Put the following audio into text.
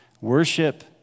Worship